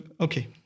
okay